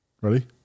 Ready